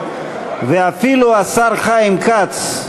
ואפילו השר חיים כץ,